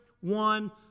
one